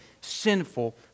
sinful